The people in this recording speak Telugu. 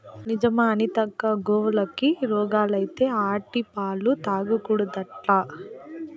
నిజమా అనితక్కా, గోవులకి రోగాలత్తే ఆటి పాలు తాగకూడదట్నా